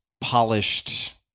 polished